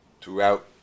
throughout